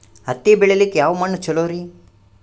ಹತ್ತಿ ಬೆಳಿಲಿಕ್ಕೆ ಯಾವ ಮಣ್ಣು ಚಲೋರಿ?